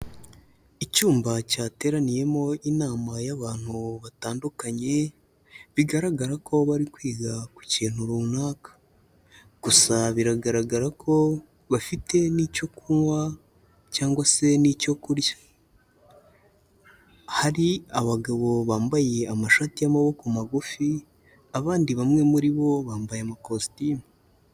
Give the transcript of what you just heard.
Icyumba cyateraniyemo inama y'abantu batandukanye, bigaragara ko bari kwiga ku kintu runaka. Gusa biragaragara ko bafite n'icyo kunywa cyangwa se n'icyo kurya. Hari abagabo bambaye amashati y'amaboko magufi, abandi bamwe muri bo bambaye amakositimu.